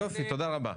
יופי, תודה רבה.